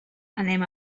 anem